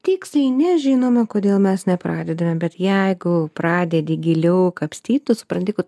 tiksliai nežinoma kodėl mes nepradedame bet jeigu pradedi giliau kapstyt tu supranti kad